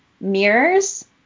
mirrors